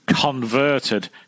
converted